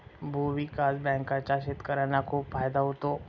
भूविकास बँकांचा शेतकर्यांना खूप फायदा होतो